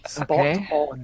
Okay